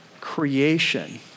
creation